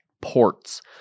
ports